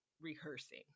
rehearsing